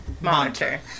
monitor